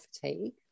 fatigue